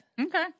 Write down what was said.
Okay